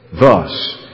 Thus